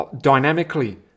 dynamically